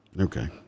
Okay